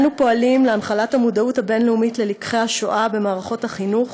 אנו פועלים להנחלת המודעות הבין-לאומית ללקחי השואה במערכות החינוך,